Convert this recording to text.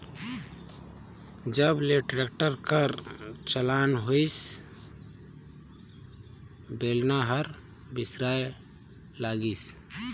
जब ले टेक्टर कर चलन होइस बेलना हर बिसराय लगिस